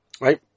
right